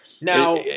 now